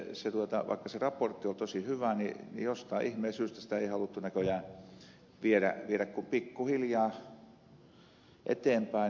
mutta vaikka se raportti on tosi hyvä niin jostain ihmeen syystä sitä ei ole haluttu näköjään viedä kuin pikku hiljaa eteenpäin